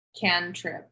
cantrip